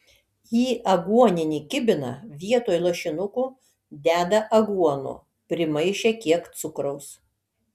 į aguoninį kibiną vietoj lašinukų deda aguonų primaišę kiek cukraus